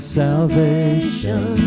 salvation